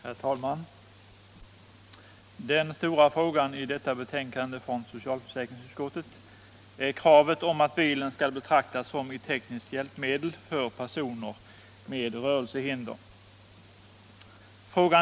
Herr talman! Den stora frågan i detta betänkande från socialförsäkringsutskottet är kravet att bilen skall betraktas som tekniskt hjälpmedel för personer med rörelsehinder.